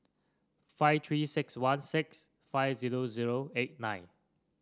five Three six one six five zero zero eight nine